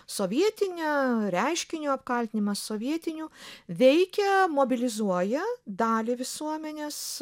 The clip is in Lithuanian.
sovietiniu reiškinio apkaltinimas sovietiniu veikia mobilizuoja dalį visuomenės